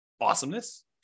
Awesomeness